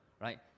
right